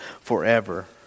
forever